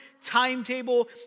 timetable